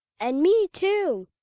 and me, too.